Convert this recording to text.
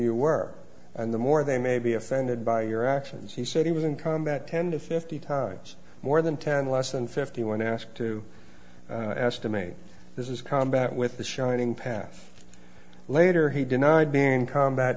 you were and the more they may be offended by your actions he said he was in combat ten to fifty times more than ten less than fifty when asked to estimate this is combat with the shining path later he denied being combat